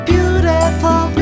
Beautiful